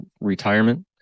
retirement